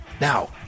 Now